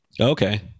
Okay